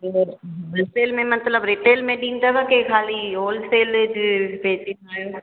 retail में मतलबु retail में ॾिंदव की ख़ाली होलसेल जे ते ॾिंदा आहियो